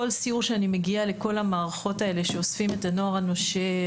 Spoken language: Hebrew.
כל סיור שאני מגיעה לכל המערכות האלה שאוספים את הנוער הנושר,